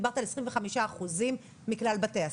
דיברת על 25% מכלל בתי הספר,